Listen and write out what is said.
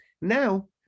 Now